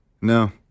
No